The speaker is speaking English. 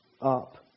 up